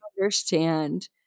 understand